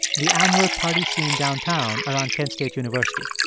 the annual party scene downtown around kent state university.